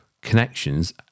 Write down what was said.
connections